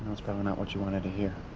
it's probably not what you wanted to hear.